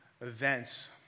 events